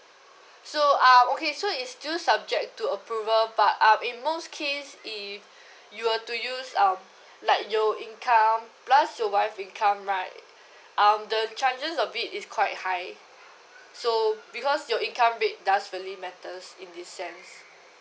so uh okay so is still subject to approval but uh in most case if you were to use um let your income plus your wife income right um the chances of it is quite high so because your income rate does really matters in this sense